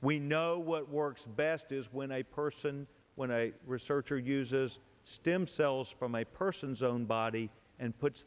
we know what works best is when a person when a researcher uses stem cells from a person's own body and puts